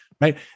Right